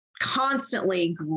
constantly